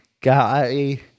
guy